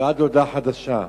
ועד להודעה חדשה.